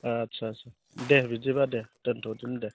आट्चा आट्चा दे बिदिबा दे दोनथ'दिनि दे